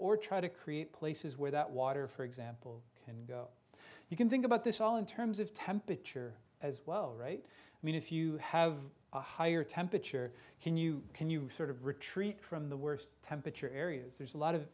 or try to create places where that water for example can go you can think about this all in terms of temperature as well right i mean if you have a higher temperature can you can you sort of retreat from the worst temperature areas there's a lot